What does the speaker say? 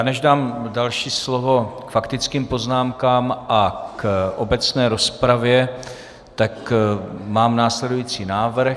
Než dám další slovo k faktickým poznámkám a k obecné rozpravě, tak mám následující návrh.